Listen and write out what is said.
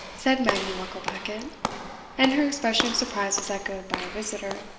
said maggie mucklebackit and her expression of surprise was echoed by her visitor.